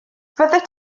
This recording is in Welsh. fyddet